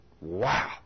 Wow